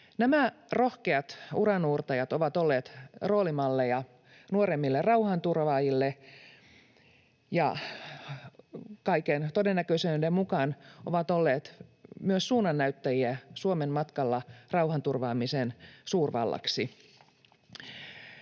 Nämä rohkeat uranuurtajat ovat olleet roolimalleja nuoremmille rauhanturvaajille ja kaiken todennäköisyyden mukaan myös suunnannäyttäjiä Suomen matkalla rauhanturvaamisen suurvallaksi.